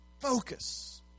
focus